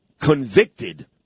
convicted